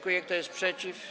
Kto jest przeciw?